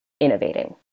innovating